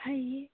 ꯐꯩꯌꯦ